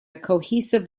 cohesive